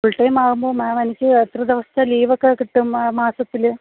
full time ആവുമ്പോൾ ma'am എനിക്ക് എത്ര ദിവസത്തെ ലീവൊക്കെ കിട്ടും മാസത്തിൽ